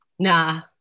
Nah